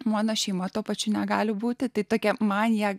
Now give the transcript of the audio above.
mano šeima tuo pačiu negali būti tokia manija